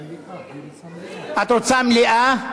את רוצה מליאה?